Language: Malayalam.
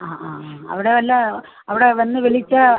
ആ ആ ആ അവിടെ വല്ല അവിടെ വന്ന് വിളിച്ചാൽ